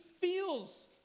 feels